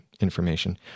information